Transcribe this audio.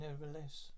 nevertheless